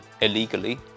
illegally